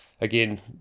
again